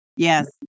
Yes